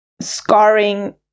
scarring